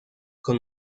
con